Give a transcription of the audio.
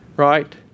Right